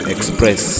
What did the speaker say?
Express